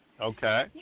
Okay